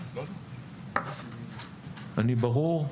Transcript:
אני ברור?